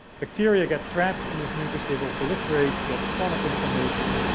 bacteria get trapped in this mucus. they will proliferate. you get chronic inflammation.